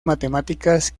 matemáticas